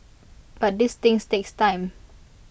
but these things takes time